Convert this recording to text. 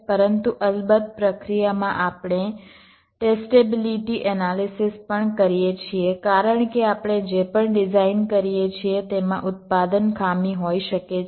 પરંતુ અલબત્ત પ્રક્રિયામાં આપણે ટેસ્ટેબિલીટી એનાલિસિસ પણ કરીએ છીએ કારણ કે આપણે જે પણ ડિઝાઇન કરીએ છીએ તેમાં ઉત્પાદન ખામી હોઈ શકે છે